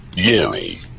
yanny